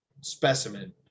specimen